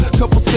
couple